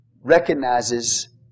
recognizes